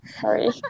sorry